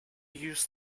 use